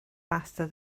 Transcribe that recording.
faster